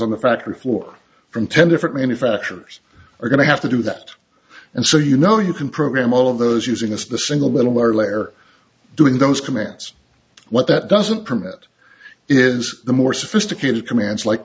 on the factory floor from ten different manufacturers are going to have to do that and so you know you can program all of those using a single little or layer doing those commands what that doesn't permit is the more sophisticated commands like